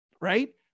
right